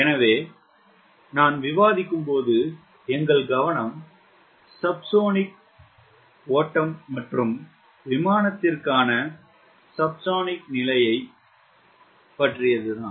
எனவே நான் விவாதிக்கும்போது எங்கள் கவனம் சப்ஸோனிக் ஓட்டம் மற்றும் விமானத்திற்கான சப்ஸோனிக் நிலையை பற்றியதுதான்